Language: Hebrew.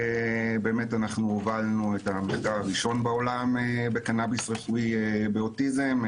אנחנו הובלנו את המחקר הראשון בעולם בקנאביס רפואי באוטיזם,